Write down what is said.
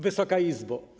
Wysoka Izbo!